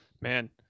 man